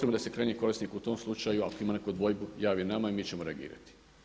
da se krajnji korisnik u tom slučaju ako ima neku dvojbu javi nama i mi ćemo reagirati.